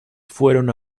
fueron